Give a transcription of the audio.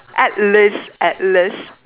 at least at least